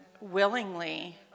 willingly